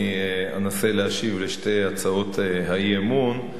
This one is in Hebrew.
אנסה להשיב על שתי הצעות האי-אמון,